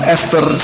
Esther